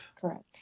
Correct